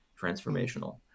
transformational